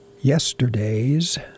Yesterday's